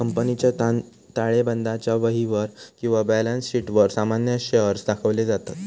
कंपनीच्या ताळेबंदाच्या वहीवर किंवा बॅलन्स शीटवर सामान्य शेअर्स दाखवले जातत